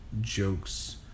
jokes